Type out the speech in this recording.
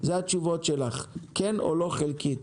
אלה התשובות שאנחנו רוצים לשמוע.